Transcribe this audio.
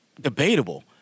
debatable